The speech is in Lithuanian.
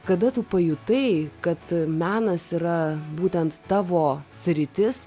kada tu pajutai kad menas yra būtent tavo sritis